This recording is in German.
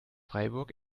freiburg